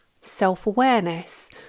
self-awareness